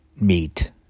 meat